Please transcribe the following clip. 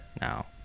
now